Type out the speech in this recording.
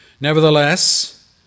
nevertheless